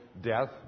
death